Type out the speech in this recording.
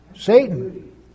Satan